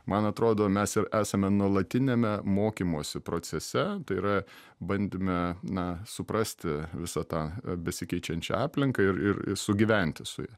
man atrodo mes ir esame nuolatiniame mokymosi procese tai yra bandyme na suprasti visą tą besikeičiančią aplinką ir ir ir sugyventi su ja